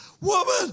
woman